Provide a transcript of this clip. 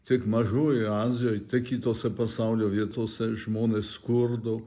tik mažojoj azijoj tai kitose pasaulio vietose žmonės skurdo